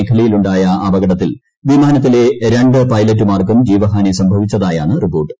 മേഖലയിൽ ഉണ്ടായ അപകടത്തിൽ വിമാനത്തിലെ രണ്ട് പൈലറ്റ്മാർക്കും ജീവഹാനി സംഭവിച്ചതായാണ് റിപ്പോർട്ട്